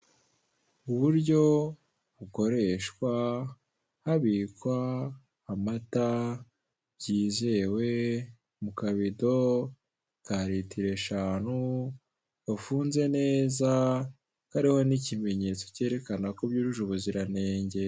Uburyo bukoreshwa habika amata byizewe mu kabido ka litiro eshanu, gafunze neza kariho n'ikimenyetso cyerekana ko byujuje ubuzirantenge.